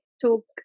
talk